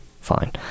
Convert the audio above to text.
fine